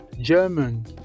German